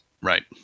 right